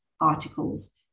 articles